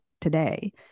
today